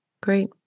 Great